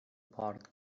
port